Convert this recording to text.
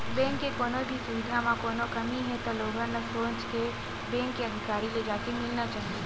bank के कोनो भी सुबिधा म कोनो कमी हे त लोगन ल सोझ बेंक के अधिकारी ले जाके मिलना चाही